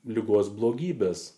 ligos blogybes